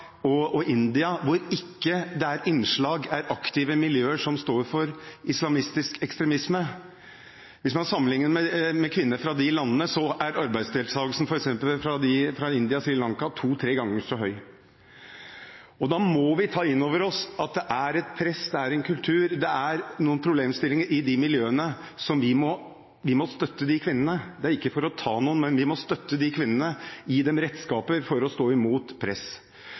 Lanka og India, der det ikke er aktive miljøer som står for islamistisk ekstremisme, er arbeidsdeltakelsen to–tre ganger så høy. Da må vi ta inn over oss at det er et press, en kultur, noen problemstillinger i de førstnevnte miljøene. Vi må støtte de kvinnene. Det er ikke for å ta noen, men vi må støtte de kvinnene, gi dem redskaper for å stå imot press,